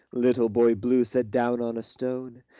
little boy blue sat down on a stone,